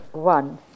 one